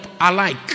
alike